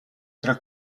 tra